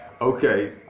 Okay